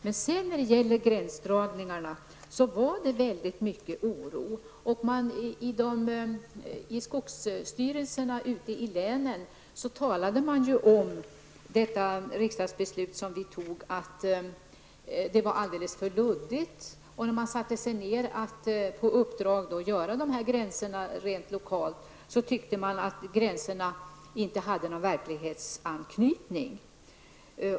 Det har förekommit stor oro beträffande gränsdragningarna. Skogsstyrelserna ute i länen har ansett att det fattade riksdagsbeslutet är för luddigt. När man satte sig ner för att lokalt upprätta dessa gränser, så tyckte man att dessa gränser inte hade någon verklighetsanknytning.